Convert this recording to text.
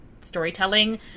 storytelling